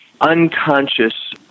unconscious